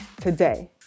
today